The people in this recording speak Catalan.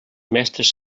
mestres